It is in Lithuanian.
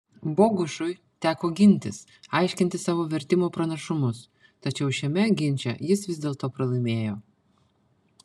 bogušui teko gintis aiškinti savo vertimo pranašumus tačiau šiame ginče jis vis dėlto pralaimėjo